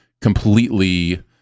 completely